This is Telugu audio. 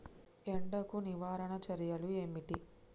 ఎండకు నివారణ చర్యలు ఏమిటి?